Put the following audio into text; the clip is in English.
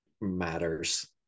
matters